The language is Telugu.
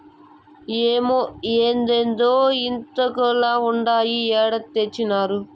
ఏమ్మే, ఏందిదే ఇంతింతాకులుండాయి ఏడ తెచ్చినారు